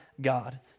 God